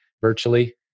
virtually